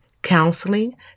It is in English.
Counseling